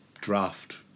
draft